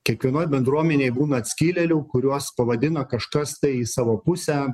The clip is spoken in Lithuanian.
kiekvienoj bendruomenėj būna atskilėlių kuriuos pavadina kažkas tai į savo pusę